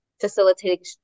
facilitating